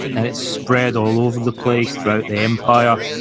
and it spread all over the place, throughout the empire.